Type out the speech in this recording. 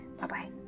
Bye-bye